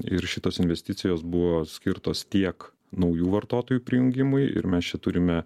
ir šitos investicijos buvo skirtos tiek naujų vartotojų prijungimui ir mes čia turime